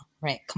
Right